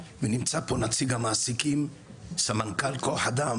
ונמצא פה נציג המעסיקים סמנכ"ל כוח אדם